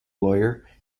lawyer